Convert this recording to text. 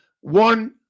one